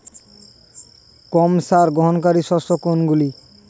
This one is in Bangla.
কম সার গ্রহণকারী শস্য কোনগুলি?